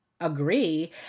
agree